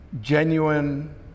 genuine